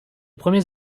premiers